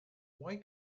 why